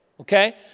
Okay